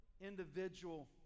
individual